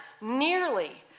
nearly